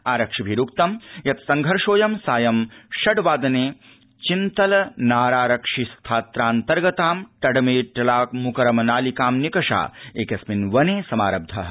आरक्षिभिरुक्तं यत् संघर्षोऽयं सायं षड् वादने चिन्तलनारारक्षि स्थात्रान्तर्गतां टडमेटला मुकरम नालिकां निकषा एकस्मिन् वने समारब्धः